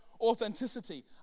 authenticity